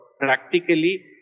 practically